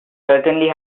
certainly